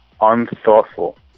unthoughtful